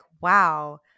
Wow